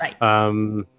Right